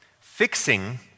fixing